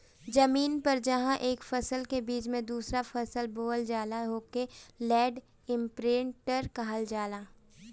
जमीन पर जहां एक फसल के बीच में दूसरा फसल बोवल जाला ओके लैंड इमप्रिन्टर कहल जाला